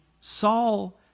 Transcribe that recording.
Saul